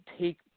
take